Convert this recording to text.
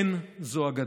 אין זו אגדה.